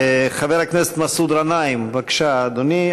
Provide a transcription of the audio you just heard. חבר הכנסת מסעוד גנאים, בבקשה, אדוני.